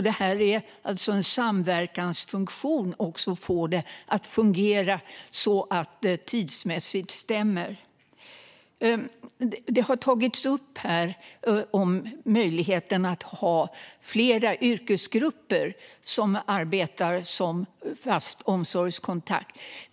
Det är alltså en samverkansfunktion att få detta att fungera så att det stämmer tidsmässigt. Möjligheten att ha flera yrkesgrupper som arbetar som fast omsorgskontakt har tagits upp.